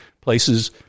places